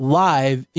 live